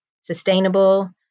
sustainable